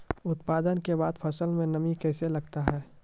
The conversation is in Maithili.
उत्पादन के बाद फसल मे नमी कैसे लगता हैं?